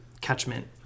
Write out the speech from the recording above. catchment